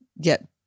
get